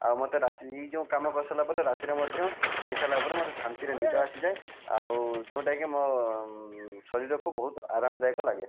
ଆଉ ମୋତେ ରାତି ଏଇ ଯେଉଁ କାମ କରି ସାରିଲା ପରେ ରାତିରେ ମଧ୍ୟ ଖାଇ ସାରିଲା ପରେ ମୋତେ ଶାନ୍ତିରେ ନିଦ ଆସିଯାଏ ଆଉ ଯେଉଁଟାକି ମୋ ଶରୀରକୁ ବହୁତ ଆରାମଦାୟକ ଲାଗେ